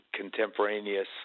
contemporaneous